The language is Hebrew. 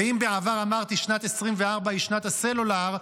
ואם בעבר אמרתי ששנת 2024 היא שנת הסלולר,